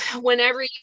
whenever